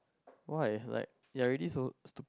why like you are already so stupid